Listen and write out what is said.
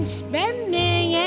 spending